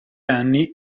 anni